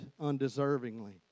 undeservingly